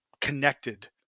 connected